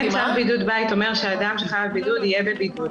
צו בידוד בית אומר שאדם שחייב בידוד, יהיה בבידוד.